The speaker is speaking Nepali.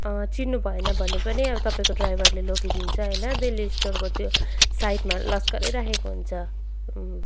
चिन्नु भएन भने पनि अब तपाईँको ड्राइभरले लगिदिन्छ होइन दिल्ली स्टोरको त्यो साइडमा लस्करै राखेको हुन्छ